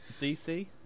DC